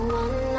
one